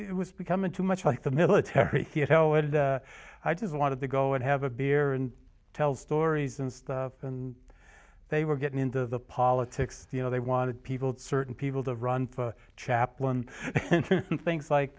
it was becoming too much like the military i just wanted to go and have a beer and tell stories and they were getting into the politics you know they wanted people to certain people to run for chaplain things like